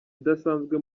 idasanzwe